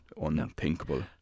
unthinkable